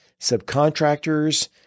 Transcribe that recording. subcontractors